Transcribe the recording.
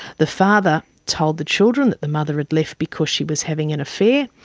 the father told the children that the mother had left because she was having an affair,